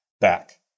back